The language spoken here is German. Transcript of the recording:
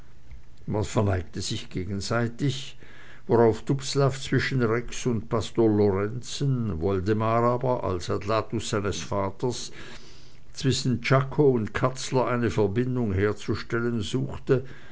man verneigte sich gegenseitig worauf dubslav zwischen rex und pastor lorenzen woldemar aber als adlatus seines vaters zwischen czako und katzler eine verbindung herzustellen suchte